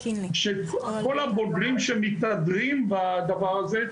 שכל הבוגרים שמתהדרים בדבר הזה,